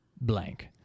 blank